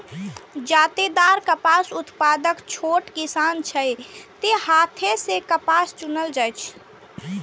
भारत मे जादेतर कपास उत्पादक छोट किसान छै, तें हाथे सं कपास चुनल जाइ छै